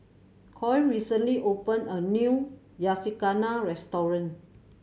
Coy recently opened a new Yakizakana Restaurant